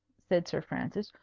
said sir francis.